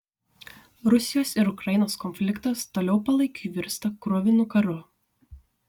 rusijos ir ukrainos konfliktas toliau palaikiui virsta kruvinu karu